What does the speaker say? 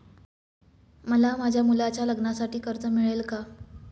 मला माझ्या मुलाच्या लग्नासाठी कर्ज मिळेल का?